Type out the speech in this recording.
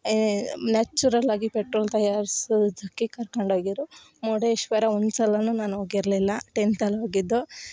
natural ಆಗಿ petrol ತಯಾರ್ಸೋದಕ್ಕೆ ಕರ್ಕೊಂಡೋಗಿದ್ರು ಮುರುಡೇಶ್ವರ ಒಂದು ಸಲಾ ನಾನು ಹೋಗಿರ್ಲಿಲ್ಲ ಟೆಂತ್ ಅಲ್ಲಿ ಹೋಗಿದ್ದು